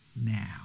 now